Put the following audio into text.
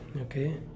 Okay